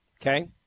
Okay